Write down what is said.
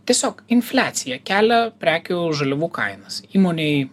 tiesiog infliacija kelia prekių žaliavų kainos įmonėj